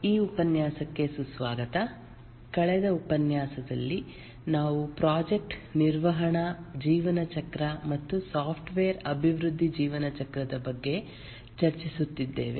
ಈ ಉಪನ್ಯಾಸಕ್ಕೆ ಸುಸ್ವಾಗತ ಕಳೆದ ಉಪನ್ಯಾಸದಲ್ಲಿ ನಾವು ಪ್ರಾಜೆಕ್ಟ್ ನಿರ್ವಹಣಾ ಜೀವನಚಕ್ರ ಮತ್ತು ಸಾಫ್ಟ್ವೇರ್ ಅಭಿವೃದ್ಧಿ ಜೀವನಚಕ್ರದ ಬಗ್ಗೆ ಚರ್ಚಿಸುತ್ತಿದ್ದೇವೆ